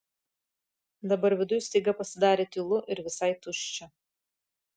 dabar viduj staiga pasidarė tylu ir visai tuščia